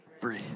free